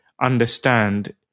understand